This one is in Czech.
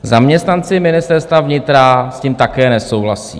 Zaměstnanci Ministerstva vnitra s tím také nesouhlasí.